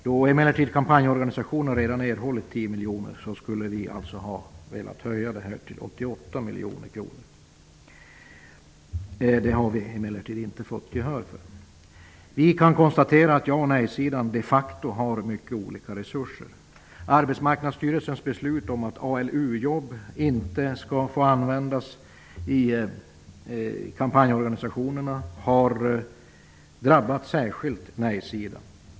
Då emellertid kampanjorganisationerna redan erhållit 10 miljoner skulle vi alltså ha velat höja beloppet till 88 miljoner kronor. Det har vi emellertid inte fått gehör för. Vi kan konstatera att ja och nej-sidan de facto har mycket olika resurser. Arbetsmarknadsstyrelsens beslut om att ALU-jobb inte skall få användas i kampanjorganisationerna har särskilt drabbat nejsidan.